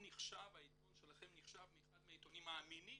שהעיתון שלכם נחשב לאחד העיתונים האמינים